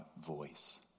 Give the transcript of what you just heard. voice